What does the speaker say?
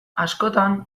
askotan